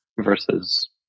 versus